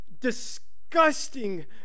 disgusting